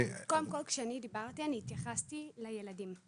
קודם כל, כשדיברתי התייחסתי לילדים,